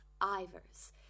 Ivers